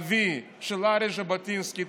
ערי ז'בוטינסקי,